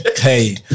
hey